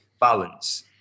balance